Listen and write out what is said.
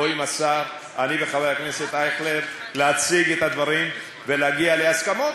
כאשר דיברו על הפנסיות, לא דיברו עליהם,